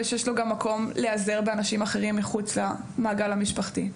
ושיש לו גם מקום להיעזר באנשים אחרים מחוץ למעגל המשפחתי.